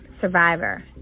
survivor